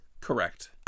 correct